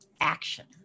Action